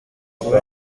kuba